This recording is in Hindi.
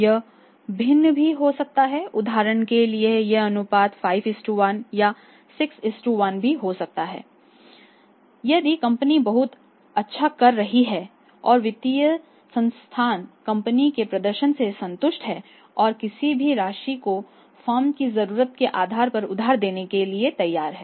यह भिन्न भी हो सकता है उदाहरण के लिए यह अनुपात 5 1 या 6 1 भी हो सकता है कि यदि कंपनी बहुत अच्छा कर रही है और वित्तीय संस्थान कंपनी के प्रदर्शन से संतुष्ट हैं और किसी भी राशि को फर्म की जरूरतों के आधार पर उधार देने के लिए तैयार हैं